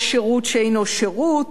בשירות שאינו שירות,